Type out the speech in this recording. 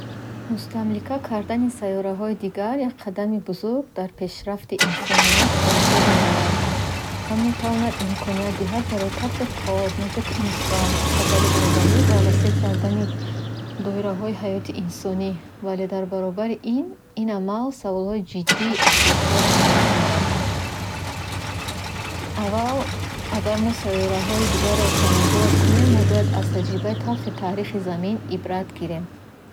Мустамлика кардани сайёраҳои дигар як қадами бузург дар пешрафти инсоният ба ҳисоб меравад. Он метавонад имконият диҳад барои таҳқиқот, наҷоти инсон аз хатари глобалӣ ва васеъ кардани доираҳои ҳаёти инсонӣ. Вале дар баробари ин, ин амал саволҳои ҷиддии ахлоқиро ба миён меорад. Аввал, агар мо сайёраҳои дигарро «колонизировать» кунем, мо бояд аз таҷрибаи талхи таърихи замин ибрат гирем.